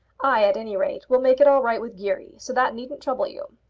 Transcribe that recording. i, at any rate, will make it all right with geary so that needn't trouble you.